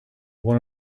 one